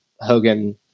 Hogan